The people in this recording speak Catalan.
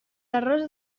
errors